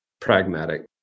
pragmatic